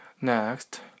Next